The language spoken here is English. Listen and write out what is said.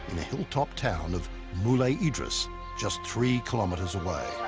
in a hilltop town of moulay idris just three kilometers away.